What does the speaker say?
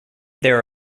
there